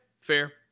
Fair